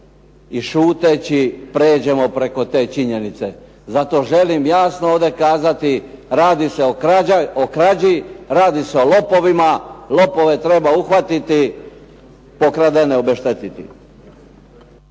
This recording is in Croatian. i šuteći pređemo preko te činjenice. Zato želim jasno ovdje kazati radi se o krađi, radi se o lopovima, lopove treba uhvatiti, pokradene obeštetiti.